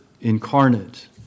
incarnate